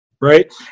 right